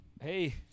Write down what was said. hey